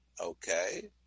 okay